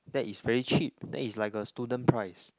that is very cheap that is like a student price